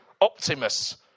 Optimus